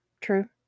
True